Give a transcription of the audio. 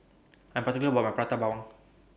I'm particular about My Prata Bawang